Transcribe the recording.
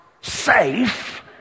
Safe